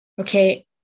Okay